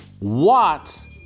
Watts